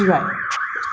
I think like